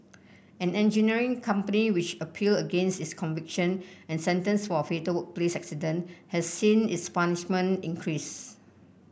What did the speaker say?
an engineering company which appealed against its conviction and sentence for a fatal workplace accident has seen its punishment increased